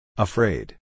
Afraid